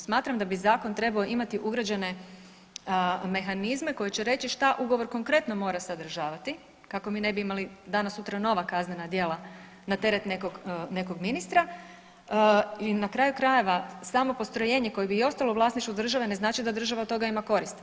Smatram da bi zakon trebao imati ugrađene mehanizme koji će reći što ugovor konkretno mora sadržavati kako mi ne bi imali danas-sutra nova kaznena djela na teret nekog ministra i na kraju krajeva, samo postrojenje koje bi i ostalo u vlasništvu države, ne znači da država od toga ima koristi.